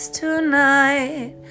tonight